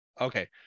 Okay